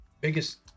biggest